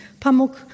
Pamuk